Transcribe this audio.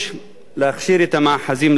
להכשיר את המאחזים לאלתר.